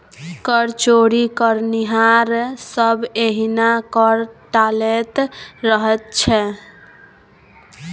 कर चोरी करनिहार सभ एहिना कर टालैत रहैत छै